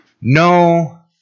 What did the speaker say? No